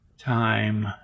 Time